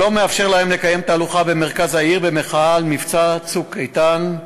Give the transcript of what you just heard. שלא מאפשר להם לקיים תהלוכה במרכז העיר במחאה על מבצע "צוק איתן",